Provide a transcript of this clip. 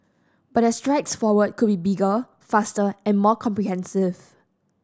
but their strides forward could be bigger faster and more comprehensive